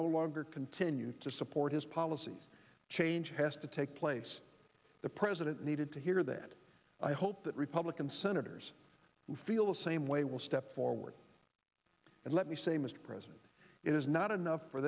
no longer continue to support his policies change has to take place the president needed to hear that i hope that republican senators who feel the same way will step forward and let me say mr president it is not enough for